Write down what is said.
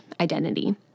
identity